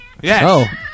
Yes